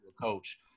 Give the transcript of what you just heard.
coach